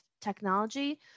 technology